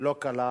לא קלה.